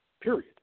period